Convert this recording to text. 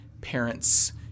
parents